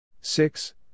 six